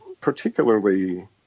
particularly